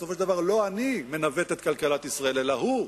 בסופו של דבר לא אני מנווט את כלכלת ישראל אלא הוא,